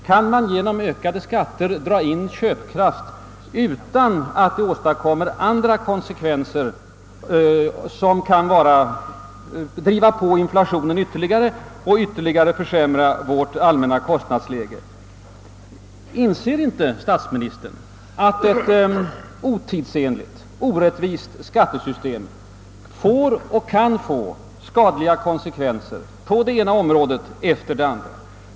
Kan man genom ökade skatter dra in köp kraft utan att detta för med sig andra konsekvenser, som ytterligare driver på inflationen och försämrar vårt allmänna kostnadsläge? Anser inte statsministern att ett otidsenligt och orättvist skattesystem kan få och får skadliga konsekvenser på det ena området efter det andra?